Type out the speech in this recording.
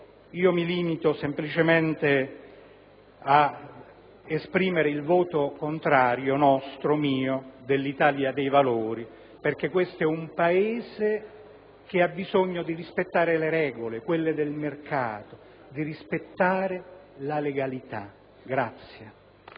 mi limito semplicemente ad esprimere il voto contrario dell'Italia dei Valori, perché questo è un Paese che ha bisogno di rispettare le regole del mercato e di rispettare la legalità.